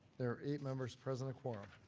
there are eight members present at quorum.